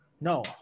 no